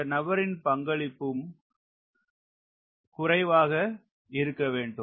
இந்த நபரின் பங்களிப்பும் குறைவாக இருக்க வேண்டும்